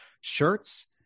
shirts